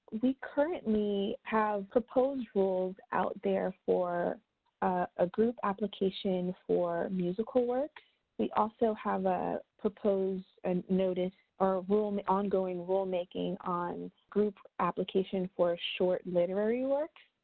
we currently have proposed rules out there for a group application for musical works. we also have a proposed and notice or ongoing rule making on group application for short literary works.